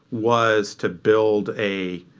was to build a,